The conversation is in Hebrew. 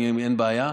אין בעיה,